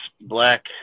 black